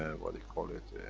and what they call it,